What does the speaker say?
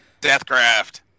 Deathcraft